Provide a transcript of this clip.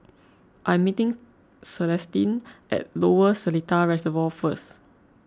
I am meeting Celestine at Lower Seletar Reservoir first